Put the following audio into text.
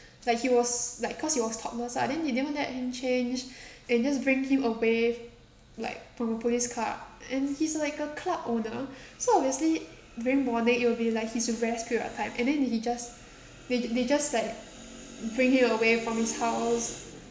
like he was like cause he was topless lah then they didn't let him change and just bring him away like from a police car and he's like a club owner so obviously during morning it will be like his rest period of time and then he just they they just like bring him away from his house